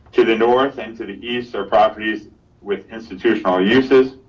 to the north and to the east are properties with institutional uses,